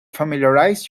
familiarize